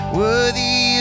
worthy